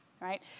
right